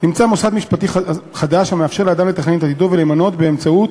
נמצא מוסד משפטי חדש המאפשר לאדם לתכנן את עתידו ולמנות באמצעות